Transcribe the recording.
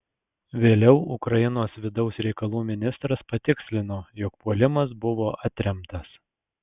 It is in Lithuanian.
vėliau ukrainos vidaus reikalų ministras patikslino jog puolimas buvo atremtas